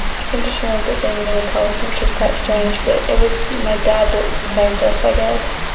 i can just remember it being really cold, which was quite strange. but it was my dad that saved us i guess.